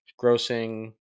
grossing